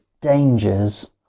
dangers